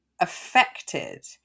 affected